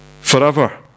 forever